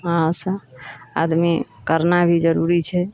अहाँसँ आदमी करना भी जरूरी छै